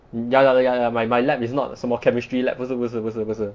ya ya ya ya my my lab is not 什么 chemistry laboratory 不是不是不是不是